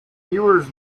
viewers